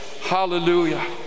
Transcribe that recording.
hallelujah